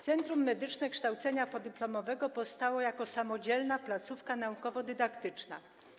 Centrum Medyczne Kształcenia Podyplomowego powstało jako samodzielna placówka naukowo-dydaktyczna.